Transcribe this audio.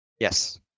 Yes